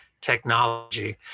technology